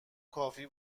کافی